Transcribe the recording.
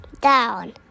down